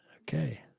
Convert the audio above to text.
Okay